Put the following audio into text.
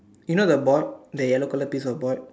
you know the board the yellow color piece of board